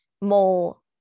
mole